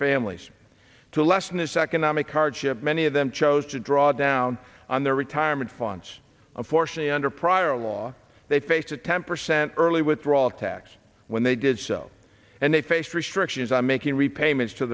families to lessen this economic hardship many of them chose to draw down on their retirement funds unfortunately under prior law they faced a temper sent early withdrawal tax when they did so and they faced restrictions on making repayments to